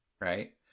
right